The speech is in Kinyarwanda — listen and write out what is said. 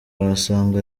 wasanga